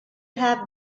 have